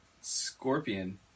Scorpion